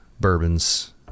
bourbons